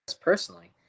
personally